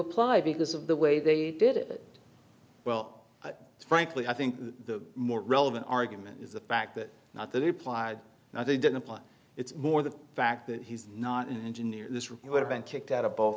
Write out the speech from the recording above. apply because of the way they did it well frankly i think the more relevant argument is the fact that not that replied no they don't apply it's more the fact that he's not an engineer this reviewer been kicked out of both